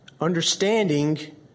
understanding